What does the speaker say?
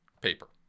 paper